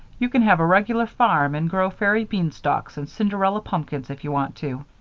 you can have a regular farm and grow fairy beanstalks and cinderella pumpkins if you want to.